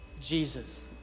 Jesus